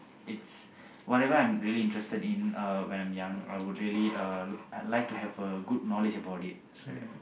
it's whatever I'm really interested in uh when I'm young I would really uh I like to have a good knowledge about it so ya